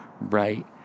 right